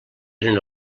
eren